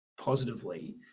positively